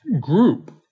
group